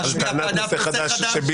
טענת נושא חדש.